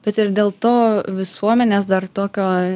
bet ir dėl to visuomenės dar tokio